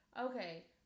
Okay